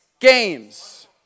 games